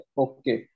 okay